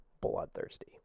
Bloodthirsty